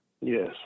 Yes